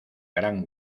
gran